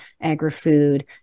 agri-food